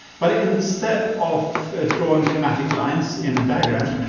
but instead of drawing schematic lines in a diagram,